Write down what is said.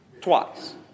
Twice